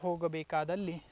ಹೋಗ ಬೇಕಾದ್ದಲ್ಲಿ